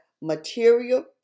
material